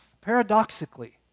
paradoxically